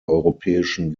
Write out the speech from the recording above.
europäischen